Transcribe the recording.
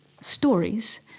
stories